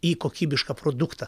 į kokybišką produktą